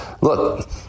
Look